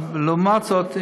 אבל לעומת זאת,